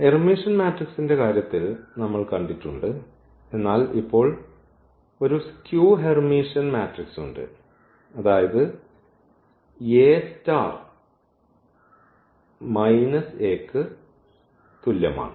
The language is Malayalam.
ഹെർമിഷ്യൻ മാട്രിക്സിന്റെ കാര്യത്തിൽ നമ്മൾ കണ്ടിട്ടുണ്ട് എന്നാൽ ഇപ്പോൾ ഒരു സ്ക്യൂ ഹെർമിഷ്യൻ മാട്രിക്സ് ഉണ്ട് അതായത് ഈ A star A minus A ക്ക് തുല്യമാണ്